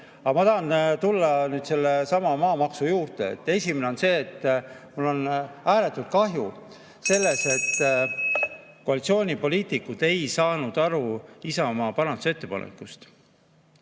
Aga ma tahan tulla sellesama maamaksu juurde. Esiteks, mul on ääretult kahju sellest, et koalitsioonipoliitikud ei saanud aru Isamaa parandusettepanekust.